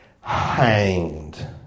hanged